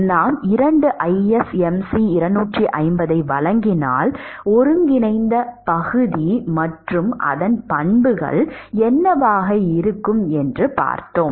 நாம் 2 ISMC 250 ஐ வழங்கினால் ஒருங்கிணைந்த பகுதி மற்றும் அதன் பண்புகள் என்னவாக இருக்கும் என்று பார்ப்போம்